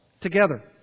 together